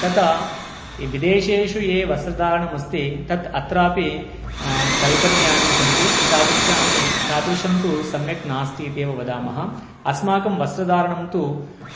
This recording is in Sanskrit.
तदा ये विदेशेषु ये वस्रधारणम् अस्ति तत् अत्रापि कल्पनीयानि सन्ति तादृशानि तादृशं तु सम्यक् नास्ति इत्येव वदामः अस्माकं वस्रधारणं तु